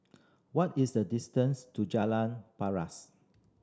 what is the distance to Jalan Paras